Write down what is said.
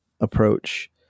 approach